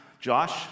Josh